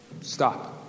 Stop